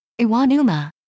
Iwanuma